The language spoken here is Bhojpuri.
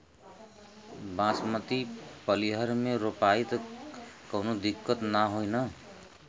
बासमती पलिहर में रोपाई त कवनो दिक्कत ना होई न?